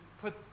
put